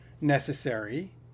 Necessary